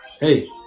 hey